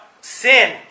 sin